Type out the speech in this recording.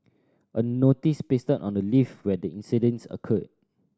a notice pasted on the lift where the incident occurred